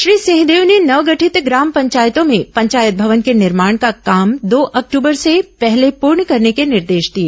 श्री सिंहदेव ने नवगठित ग्राम पंचायतों में पंचायत भवन के निर्माण का काम दो अक्ट्बर से पहले पूर्ण करने के निर्देश दिए